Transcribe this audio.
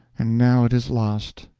and now it is lost,